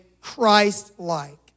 Christ-like